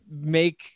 make